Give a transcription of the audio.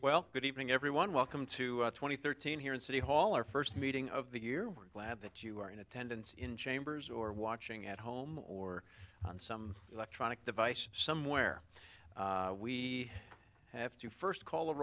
well good evening everyone welcome to twenty thirteen here in city hall our first meeting of the year we're glad that you are in attendance in chambers or watching at home or on some electronic device somewhere we have to first call